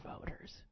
voters